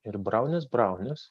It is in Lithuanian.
ir brauniesi brauniesi